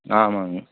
ஆமாம்ங்க